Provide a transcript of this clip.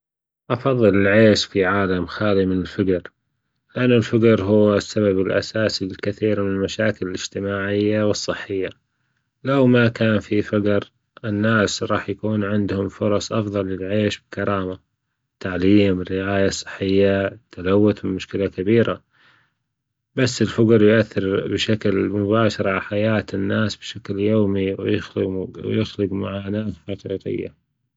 أفضل العيش في عالم خالي من الفجر، لأن الفجر هو السبب الأساسي في الكثير من المشاكل الإجتماعية والصحية، لو ما كان في فجر الناس راح يكون عندهم فرص أفضل للعيش بكرامة التعليم والرعايه الصحية والتلوث مشكلة كبيرة، بس الفجر يؤثربشكل مباشر على حياة الناس بشكل يومي و يخلج معاناة حقيقية.